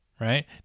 right